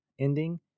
ending